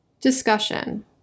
Discussion